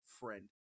friend